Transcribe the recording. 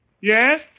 Yes